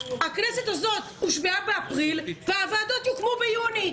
הכנסת הזאת הושבעה באפריל, והוועדות יוקמו ביוני.